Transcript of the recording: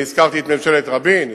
הזכרתי את ממשלת רבין,